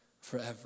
forever